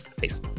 Peace